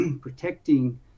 protecting